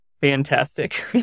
fantastic